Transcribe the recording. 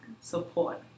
support